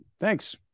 Thanks